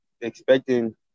expecting